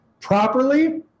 properly